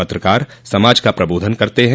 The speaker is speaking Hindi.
पत्रकार समाज का प्रबोधन करते हैं